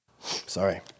Sorry